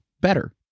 better